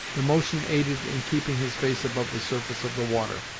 the motion aided in keeping his face above the surface of the water,